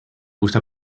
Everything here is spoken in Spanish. gusta